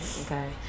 okay